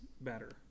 better